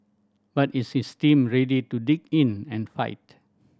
but is his team ready to dig in and fight